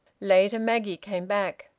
later, maggie came back.